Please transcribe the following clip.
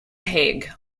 hague